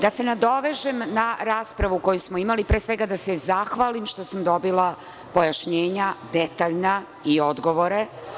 Da se nadovežem na raspravu koju smo imali, pre svega da se zahvalim što sam dobila pojašnjenja detaljna i odgovore.